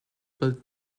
built